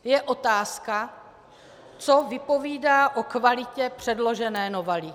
Je otázka, co vypovídá o kvalitě předložené novely.